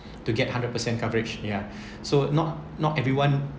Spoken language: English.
to get hundred percent coverage ya so not not everyone